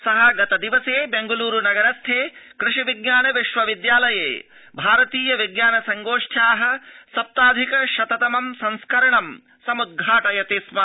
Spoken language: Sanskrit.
स गतदिवसे बेंगलूरु नगरस्थे कृषि विज्ञान विश्व विद्यालये भारतीय विज्ञानं संगोष्ठया सप्ताधिक शततमं संस्करणं समुद्धायति स्म